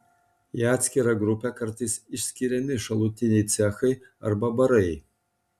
į atskirą grupę kartais išskiriami šalutiniai cechai arba barai